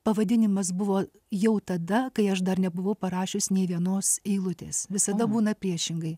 pavadinimas buvo jau tada kai aš dar nebuvau parašius nei vienos eilutės visada būna priešingai